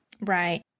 Right